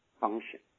function